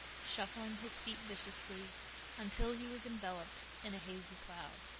shuffling his feet viciously until he was enveloped in a hazy cloud.